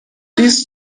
this